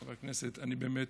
חברי הכנסת, אני באמת